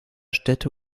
städte